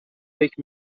فکر